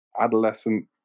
adolescent